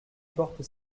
porte